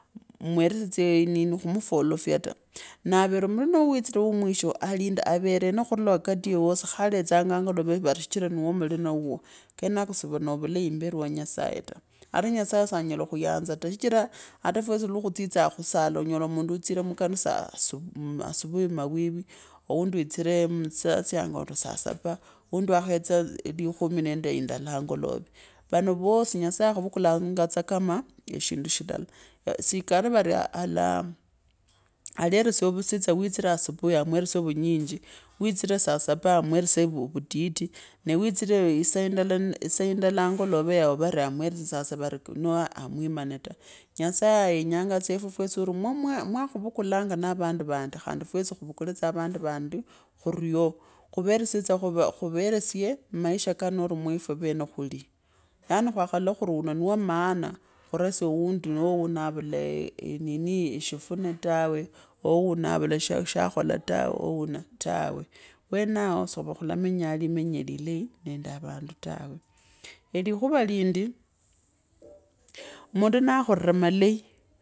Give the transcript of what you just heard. Mweresye tsa nini khumufolofya ta, navere mulina wuao witsire wo mwisho alinda averena khurula wakati ilya yosi khaletsaanga angalove vari shichira niwoo mulina wuuo kenako sikari vulai imberi wa nyasaye ta. Ata nyasaye sangala okhuyanza ta sichira atafwesi mwakhutsitsanga khusala nonyola mundu uutsire mukanisa asubui mavvwivwi oundi musaa tsya anga saa saba, wuundi yakhetsa likhumi nende indala angolove. Vana vosi nyasaye akhuvukulanga kama eshindu shilala, sikari vari ala, aleresya tse vusye wiitsire asibui amweresye vunyinji, wiitsire saa saba amweresye uwititu, nee wiitsire saa indala angolove yao vare amweresye sasa noo amwimane ta. Nyasaye yenyaga yesi efwefwesi mwa mwakhavukulanga na vandi, khandi fwesi khavukule vandu vandi khuro, khuveresye tsa, khuveresye maisha kano mweefwe vene khuli yaani khukhalola khuri uno ni wamaana khurasya wuundi, noo uno avula eeh, enini eshifune tawe, ooh wauno avula shakhola tawe wenao si khuva khulamenyaa limenya lilainende avandu tawe. Elikhuva lindi, mundu na khorer amalai